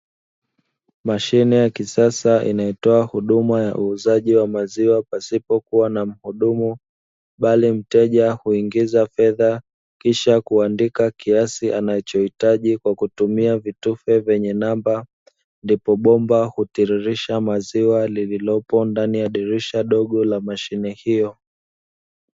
Mashine ya kisasa inayotoa huduma ya uuzaji wa maziwa pasipokuwa na mhudumu, bali mteja huingiza fedha kisha kuandika kiasi anachohitaji kwa kutumia vitufe vyenye namba. Ndipo bomba hutiririsha maziwa, lililopo ndani ya dirisha dogo la mashine hiyo.